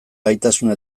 gaitasuna